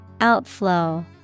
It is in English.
Outflow